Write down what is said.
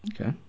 Okay